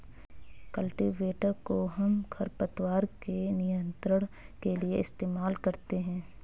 cultivator कोहम खरपतवार के नियंत्रण के लिए इस्तेमाल करते हैं